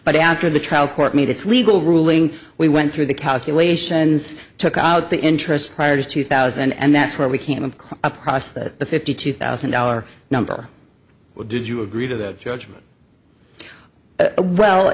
but after the trial court made its legal ruling we went through the calculations took out the interest prior to two thousand and that's where we came of course a process that the fifty two thousand dollar number would you agree to that judgment well